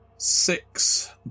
Six